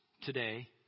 today